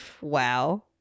wow